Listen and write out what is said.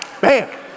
bam